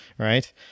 Right